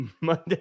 monday